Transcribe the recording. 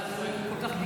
אבל כל כך,